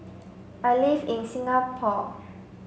I live in Singapore